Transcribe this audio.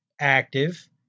active